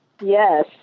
Yes